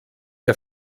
der